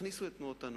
תכניסו את תנועות הנוער.